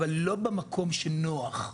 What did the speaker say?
אבל לא במקום שנוח,